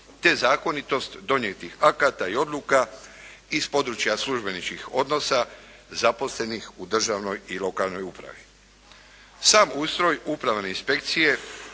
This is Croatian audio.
te zakonitost donjetih akata i odluka iz područja službeničkih odnosa zaposlenih u državnoj i lokalnoj upravi. Sam ustroj upravne inspekcije